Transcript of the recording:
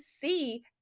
see